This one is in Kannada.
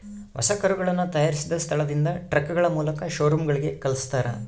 ಹೊಸ ಕರುಗಳನ್ನ ತಯಾರಿಸಿದ ಸ್ಥಳದಿಂದ ಟ್ರಕ್ಗಳ ಮೂಲಕ ಶೋರೂಮ್ ಗಳಿಗೆ ಕಲ್ಸ್ತರ